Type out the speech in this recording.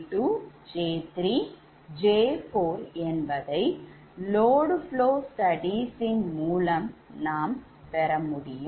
J1J2J3J4 என்பதை load flow studies மூலம் பெறமுடியும்